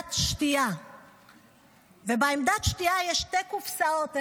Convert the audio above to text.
עמדת שתייה ובעמדת השתייה יש שתי קופסאות,